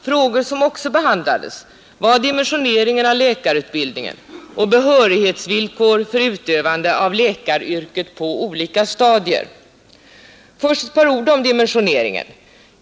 Frågor som också behandlades var dimensioneringen av läkarutbildningen och behörighetsvillkoren för utövande av läkaryrket på olika stadier. Först ett par ord om dimensioneringen.